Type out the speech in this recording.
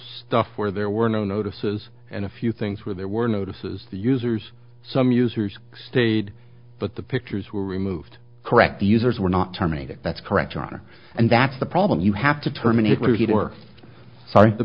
stuff where there were no notices and a few things where there were notices the users some users stayed but the pictures were removed correct the users were not terminated that's correct ana and that's the problem you have to terminate router sorry the